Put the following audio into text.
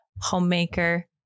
homemaker